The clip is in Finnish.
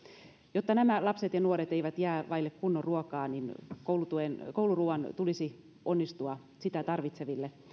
jotta nämä lapset ja nuoret eivät jää vaille kunnon ruokaa niin kouluruoan tulisi onnistua sitä tarvitseville